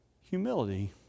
humility